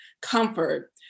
comfort